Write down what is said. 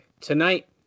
tonight